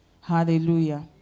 Hallelujah